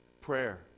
Prayer